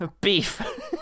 Beef